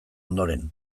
ondoren